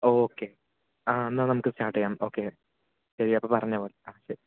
okay ആ എന്നാൽ നമുക്ക് സ്റ്റാർട്ട് ചെയ്യാം ഓക്കെ ശരി അപ്പോൾ പറഞ്ഞപോലെ ആ ശരി